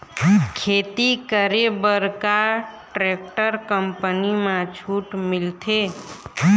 खेती करे बर का टेक्टर कंपनी म छूट मिलथे?